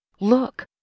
Look